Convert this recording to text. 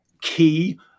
key